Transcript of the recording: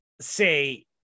say